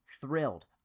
thrilled